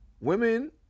women